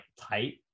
tight